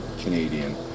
Canadian